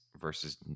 versus